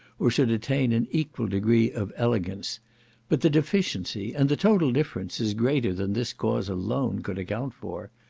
or should attain an equal degree of elegance but the deficiency, and the total difference, is greater than this cause alone could account for.